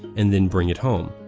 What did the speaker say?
and then bring it home.